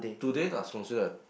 today lah considered